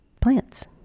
plants